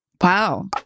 Wow